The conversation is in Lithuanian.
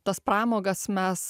tas pramogas mes